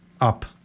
up